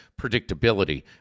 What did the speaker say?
predictability